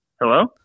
Hello